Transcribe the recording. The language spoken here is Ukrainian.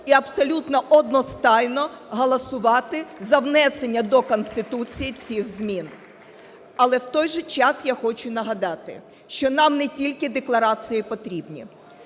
і абсолютно одностайно голосувати за внесення до Конституції цих змін. Але в той же час я хочу нагадати, що нам не тільки декларації потрібні.